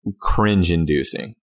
cringe-inducing